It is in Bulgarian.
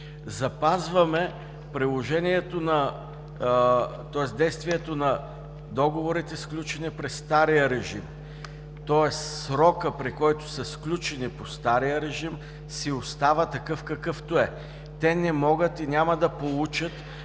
имаме идентичност. Запазваме действието на договорите, сключени при стария режим, тоест срокът, при който са сключени по стария режим, си остава такъв, какъвто е. Те не могат и няма да получат